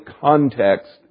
context